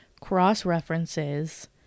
cross-references